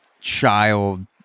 child